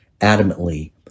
adamantly